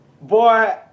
Boy